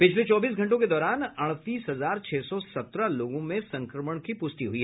पिछले चौबीस घंटों के दौरान अड़तीस हजार छह सौ सत्रह लोगों में संक्रमण की पूष्टि हुई